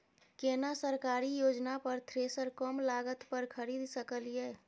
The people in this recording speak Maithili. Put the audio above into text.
केना सरकारी योजना पर थ्रेसर कम लागत पर खरीद सकलिए?